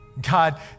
God